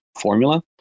formula